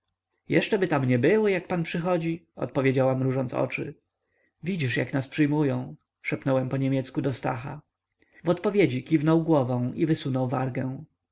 kucharki jeszczeby też nie były jak pan przychodzi odpowiedziała mrużąc oczy widzisz jak nas przyjmują szepnąłem po niemiecku do stacha w odpowiedzi kiwnął głową i wysunął wargę